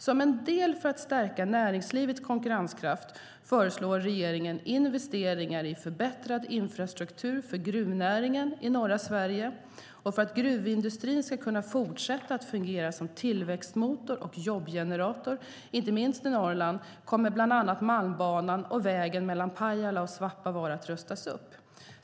Som en del för att stärka näringslivets konkurrenskraft föreslår regeringen investeringar i förbättrad infrastruktur för gruvnäringen i norra Sverige. För att gruvindustrin ska kunna fortsätta att fungera som tillväxtmotor och jobbgenerator inte minst i Norrland kommer bland annat Malmbanan och vägen mellan Pajala och Svappavaara att rustas upp.